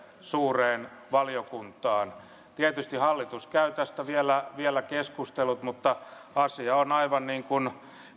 suureen valiokuntaan tietysti hallitus käy tästä vielä vielä keskustelut mutta asia on aivan niin kuin